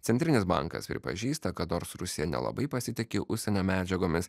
centrinis bankas pripažįsta kad nors rusija nelabai pasitiki užsienio medžiagomis